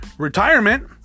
retirement